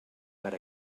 per